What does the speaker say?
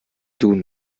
duden